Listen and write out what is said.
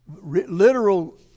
literal